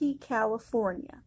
California